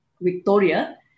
Victoria